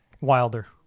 Wilder